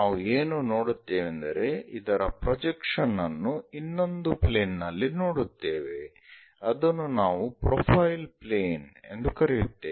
ನಾವು ಏನು ನೋಡುತ್ತೇವೆಂದರೆ ಇದರ ಪ್ರೊಜೆಕ್ಷನ್ ಅನ್ನು ಇನ್ನೊಂದು ಪ್ಲೇನ್ ನಲ್ಲಿ ನೋಡುತ್ತೇವೆ ಅದನ್ನು ನಾವು ಪ್ರೊಫೈಲ್ ಪ್ಲೇನ್ ಎಂದು ಕರೆಯುತ್ತೇವೆ